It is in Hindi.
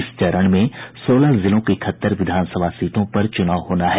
इस चरण में सोलह जिलों के इकहत्तर विधानसभा सीटों पर चुनाव होना है